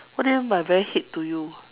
what do you mean by very hate to you